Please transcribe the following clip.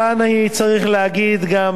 אני צריך להגיד תודה גם